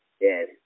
Yes